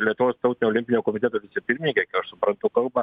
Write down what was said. lietuvos tautinio olimpinio komiteto pirmininkė kai aš suprantu kalba